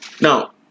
Now